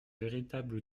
véritable